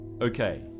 Okay